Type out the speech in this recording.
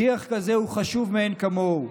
שיח כזה הוא חשוב מאין כמוהו,